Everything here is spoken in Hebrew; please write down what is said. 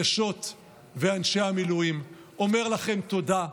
נשות ואנשי המילואים, ואומר לכם תודה.